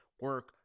Work